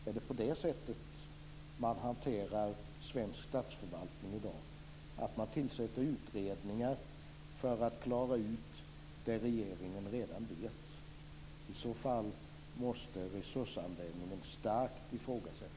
Är det på det sättet man hanterar svensk statsförvaltning, dvs. att man tillsätter utredningar för att klara ut det som regeringen redan vet? I så fall måste resursanvändningen starkt ifrågasättas.